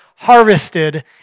harvested